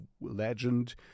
Legend